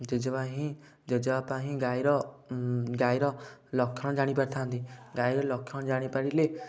ଜେଜେବା ହିଁ ଜେଜେ ବାପା ହିଁ ଗାଈର ଗାଈର ଲକ୍ଷଣ ଜାଣିପାରିଥାନ୍ତି ଗାଈର ଲକ୍ଷଣ ଜାଣିପାରିଲେ